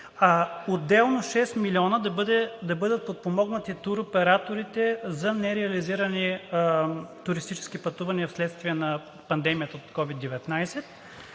Отделно с 6 милиона да бъдат компенсирани туроператорите за нереализирани туристически пътувания в следствие на пандемията от COVID-19;